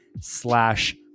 slash